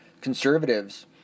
conservatives